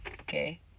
Okay